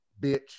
bitch